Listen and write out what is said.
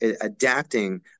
adapting